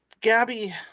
Gabby